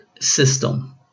system